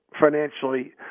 financially